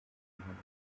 impanuka